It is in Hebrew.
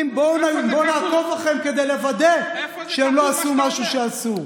אומרים: בואו נעקוב אחריהם כדי לוודא שהם לא עשו משהו שאסור.